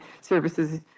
services